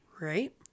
Right